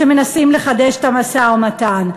כשמנסים לחדש את המשא-ומתן?